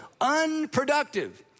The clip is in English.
unproductive